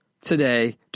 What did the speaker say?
today